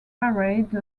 parade